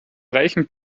reichen